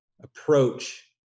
approach